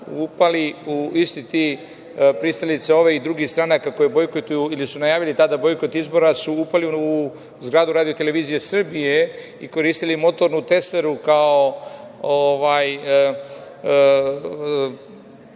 upali u, isti ti, pristalice ove i drugih stranaka koje bojkotuju ili su najavili tada bojkot izbora, da su upali u zgradu RTS-a i koristili motornu testeru kao